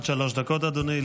לרשותך עד שלוש דקות.